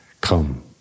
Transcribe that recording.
come